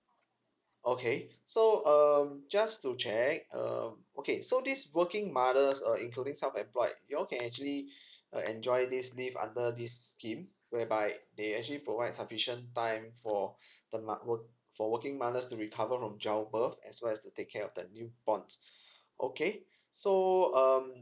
okay so um just to check um okay so this working mothers uh including self employed you all can actually uh enjoy this leave under this scheme whereby they actually provide sufficient time for the moth~ wor~ for working mothers to recover from child birth as well as to take care of the newborn okay so um